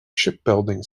shipbuilding